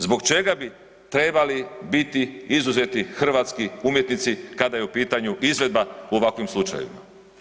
Zbog čega bi trebali biti izuzeti hrvatski umjetnici kada je u pitanju izvedba u ovakvom slučaju.